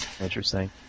Interesting